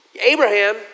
Abraham